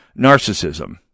narcissism